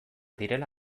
direla